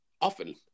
often